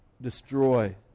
destroy